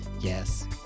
Yes